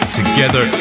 together